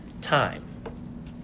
time